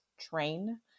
train